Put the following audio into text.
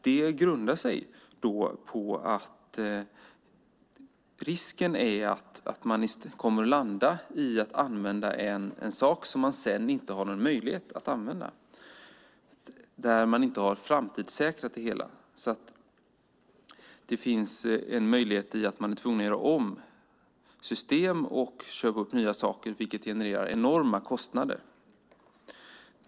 Det grundar sig på att risken är att man kommer att landa i att använda en sak som man sedan inte har någon möjlighet att använda. Man har inte framtidssäkrat det hela. Det finns en möjlighet att man blir tvungen att göra om system och köpa upp nya saker, vilket genererar enorma kostnader.